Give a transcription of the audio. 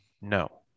No